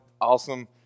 awesome